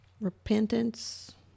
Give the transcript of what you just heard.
Repentance